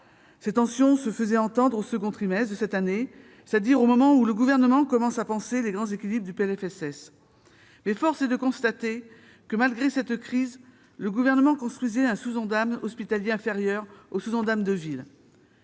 Ces tensions se faisaient ressentir au second trimestre de cette année, c'est-à-dire au moment où le Gouvernement commençait à penser les grands équilibres du PLFSS. Or force est de constater que, malgré cette crise, le Gouvernement construisait un sous-Ondam hospitalier inférieur au sous-Ondam de ville.